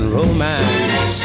romance